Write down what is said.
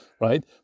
right